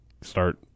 start